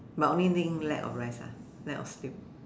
but only thing lack of rest ah lack of sleep